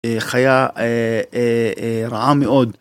חיה רעה מאוד.